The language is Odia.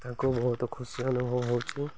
ତାଙ୍କୁ ବହୁତ ଖୁସି ଅନୁଭବ ହେଉଛି